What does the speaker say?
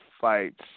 fights